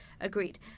agreed